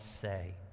say